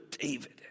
David